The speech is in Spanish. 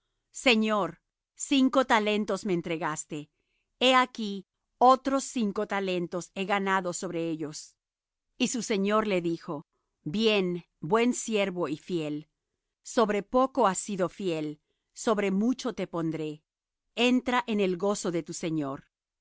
señor cinco talentos me entregaste he aquí otros cinco talentos he ganado sobre ellos y su señor le dijo bien buen siervo y fiel sobre poco has sido fiel sobre mucho te pondré entra en el gozo de tu señor